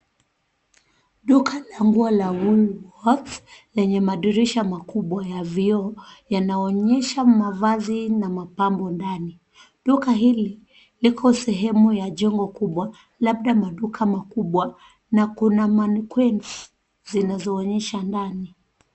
Duka la nguo la Woolworths, lenye madirisha makubwa ya vioo, yanaonyesha mavazi na mapambo ndani. Duka hili liko sehemu ya jengo kubwa, labda maduka makubwa, na kuna mannequins zinazoonyesha ndani.